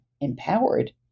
empowered